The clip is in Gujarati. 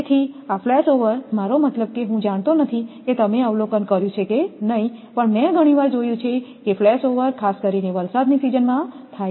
તેથી આ ફ્લેશઓવર મારો મતલબ કે હું જાણતો નથી કે તમે અવલોકન કર્યું છે કે નહીં પણ મેં ઘણી વાર જોયું છે કે ફ્લેશઓવર ખાસ કરીને વરસાદના સીઝનમાં થાય છે